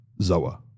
Zoa